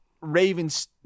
ravens